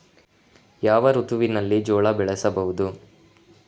ಯಾವ ಋತುವಿನಲ್ಲಿ ಜೋಳ ಬೆಳೆಸಬಹುದು?